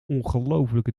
ongelooflijke